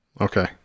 Okay